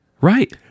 Right